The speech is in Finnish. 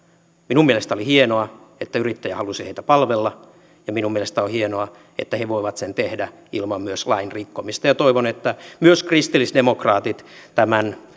minun mielestäni oli hienoa että yrittäjä halusi heitä palvella ja minun mielestäni on hienoa että he voivat sen tehdä myös ilman lain rikkomista ja toivon että myös kristillisdemokraatit tämän